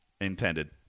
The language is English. intended